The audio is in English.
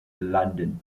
london